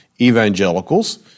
evangelicals